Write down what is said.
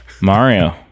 Mario